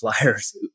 flyers